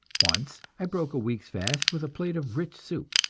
once i broke a week's fast with a plate of rich soup,